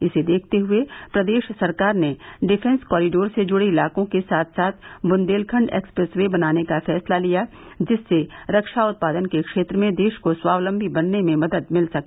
इसे देखते हुए प्रदेश सरकार ने डिफेंस कारिडोर से जुड़े इलाकों के साथ साथ बुंदेलखंड एक्सप्रेस वे बनाने का फैसला लिया जिससे रक्षा उत्पादन के क्षेत्र में देश को स्वावलंबी बनने में मदद मिल सके